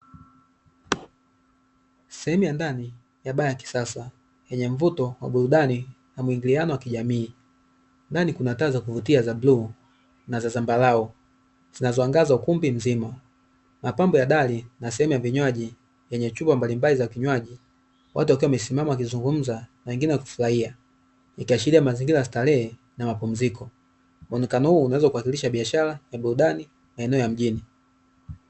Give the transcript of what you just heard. Sehemu ya ndani ya baa ya kisasa, yenye mvuto wa burudani na muingiliano wa kijamii, ndani kuna taa za kuvutia za bluu na za zambarau, zinazoangaza ukumbi mzima, mapambo ya dari na sehemu ya vinywaji yenye chupa mbalimbali za vinywaji, watu wakiwa wamesimama wakizungumza na wengine wakifurahia. Ikiashiria mazingira ya starehe na mapumziko. Muonekano huu unaweza kudhihirisha biashara ya burudani maeneo ya mjini.